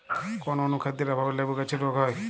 কোন অনুখাদ্যের অভাবে লেবু গাছের রোগ হয়?